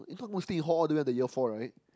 it's not mostly in hall all the way until year four right